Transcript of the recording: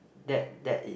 that that is